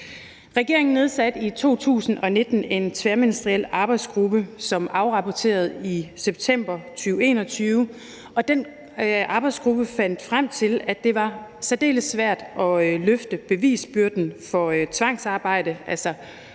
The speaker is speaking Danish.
Regeringen nedsatte i 2019 en tværministeriel arbejdsgruppe, som afrapporterede i september 2021, og den arbejdsgruppe fandt frem til, at det var særdeles svært at løfte bevisbyrden for tvangsarbejde med den